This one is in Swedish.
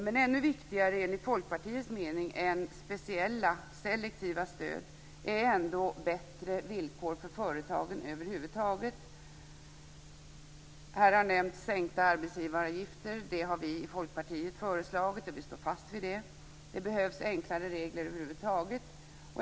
Men ännu viktigare än speciella, selektiva, stöd är ändå enligt Folkpartiets mening bättre villkor för företagen över huvud taget. Här har nämnts sänkta arbetsgivaravgifter. Det har vi i Folkpartiet föreslagit, och vi står fast vid det. Det behövs enklare regler över huvud taget.